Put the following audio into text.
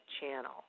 channel